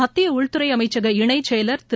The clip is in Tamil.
மத்திய உள்துறை அமைச்சக இணைச் செயலர் திரு